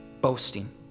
boasting